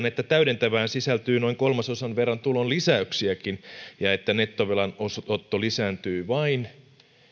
että täydentävään sisältyy noin kolmasosan verran tulonlisäyksiäkin ja että nettovelanotto lisääntyy vain